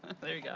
thank you. yeah